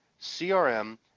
CRM